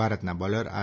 ભારતના bowler R